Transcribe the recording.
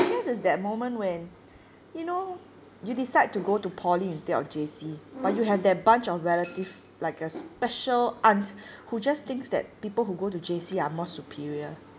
I guess it's that moment when you know you decide to go to poly instead of J_C but you have that bunch of relative like a special aunt who just thinks that people who go to J_C are more superior